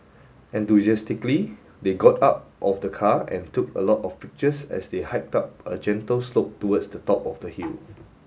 enthusiastically they got out of the car and took a lot of pictures as they hiked up a gentle slope towards the top of the hill